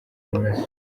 amaraso